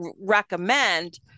recommend